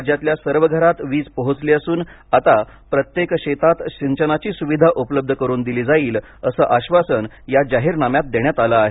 राज्यातल्या सर्व घरांत वीज पोहोचली असून आता प्रत्येक शेतात सिंचनाची सुविधा उपलब्ध करून दिली जाईल असे आश्वासन या जाहिरनाम्यात देण्यात आले आहे